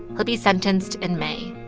he'll be sentenced in may.